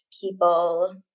people